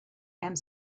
and